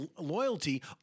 loyalty